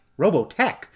Robotech